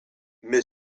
mais